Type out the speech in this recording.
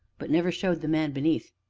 but never showed the man beneath.